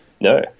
No